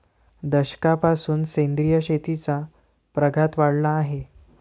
दशकापासून सेंद्रिय शेतीचा प्रघात वाढला आहे